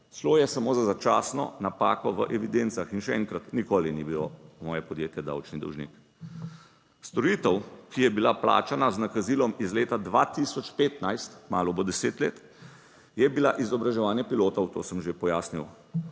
Šlo je samo za začasno napako v evidencah, in še enkrat, nikoli ni bilo, po moje, podjetje davčni dolžnik. Storitev, ki je bila plačana z nakazilom iz leta 2015, kmalu bo deset let je bila izobraževanje pilotov. To sem že pojasnil.